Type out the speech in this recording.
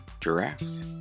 giraffes